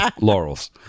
laurels